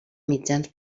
mitjans